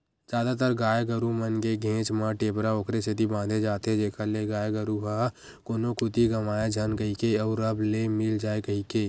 जादातर गाय गरु मन के घेंच म टेपरा ओखरे सेती बांधे जाथे जेखर ले गाय गरु ह कोनो कोती गंवाए झन कहिके अउ रब ले मिल जाय कहिके